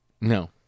no